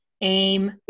aim